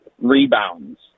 rebounds